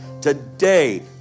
Today